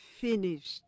finished